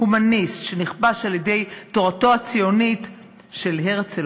הומניסט שנכבש על-ידי תורתו הציונית של הרצל,